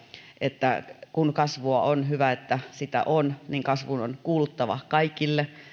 että kun kasvua on ja hyvä että sitä on niin kasvun on kuuluttava kaikille